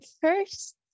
first